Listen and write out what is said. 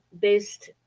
based